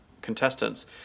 contestants